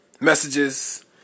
messages